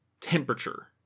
temperature